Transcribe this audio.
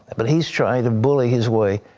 but he's trying to bully his way.